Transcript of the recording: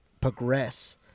progress